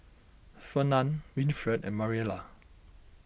Fernand Winfred and Mariela